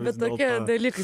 bet tokie dalykai